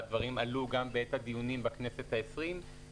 והדברים עלו גם בעת הדיונים בכנסת העשרים,